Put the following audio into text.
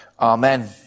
Amen